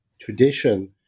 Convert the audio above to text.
tradition